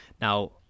Now